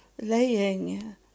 laying